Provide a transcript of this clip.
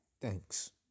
Thanks